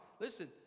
Listen